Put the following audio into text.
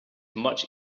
much